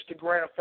Instagram